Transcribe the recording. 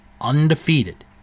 undefeated